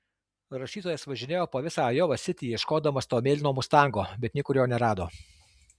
rašytojas važinėjo po visą ajova sitį ieškodamas to mėlyno mustango bet niekur jo nerado